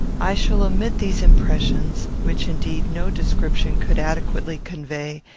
i shall omit these impressions, which, indeed, no description could adequately convey,